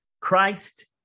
Christ